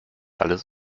alles